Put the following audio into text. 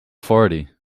forty